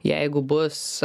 jeigu bus